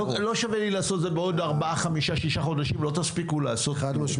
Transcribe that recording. פשוט לא שווה לי לעשות את זה מהר מדי בעוד ארבעה-חמישה חודשים,